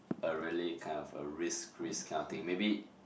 a really kind of a risk Christ kind of thing maybe